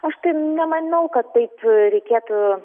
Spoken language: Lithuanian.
aš tai nemanau kad taip reikėtų